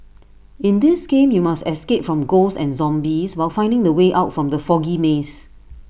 in this game you must escape from ghosts and zombies while finding the way out from the foggy maze